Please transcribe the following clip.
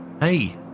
Hey